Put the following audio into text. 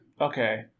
Okay